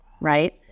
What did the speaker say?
right